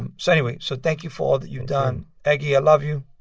and so anyway, so thank you for all that you've done. eggy, i love you.